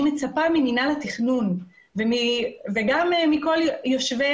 אני מצפה ממינהל התכנון ומכל היושבים